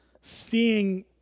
seeing